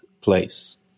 place